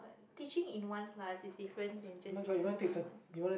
teaching in one class is different than just teaching one on one